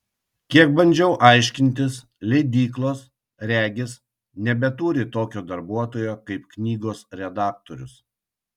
kiek bandžiau aiškintis leidyklos regis nebeturi tokio darbuotojo kaip knygos redaktorius